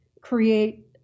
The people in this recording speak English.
create